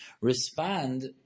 respond